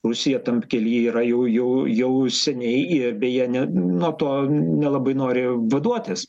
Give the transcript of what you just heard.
rusija tam kely yra jau jau jau seniai ir beje ne nuo to nelabai nori vaduotis